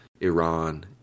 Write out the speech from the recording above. Iran